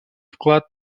вклад